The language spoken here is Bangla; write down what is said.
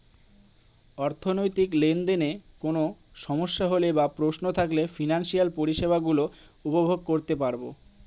অর্থনৈতিক লেনদেনে কোন সমস্যা হলে বা প্রশ্ন থাকলে ফিনান্সিয়াল পরিষেবা গুলো উপভোগ করতে পারবো